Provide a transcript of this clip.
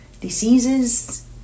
diseases